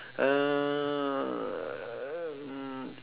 um